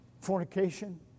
fornication